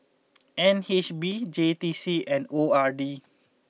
N H B J T C and O R D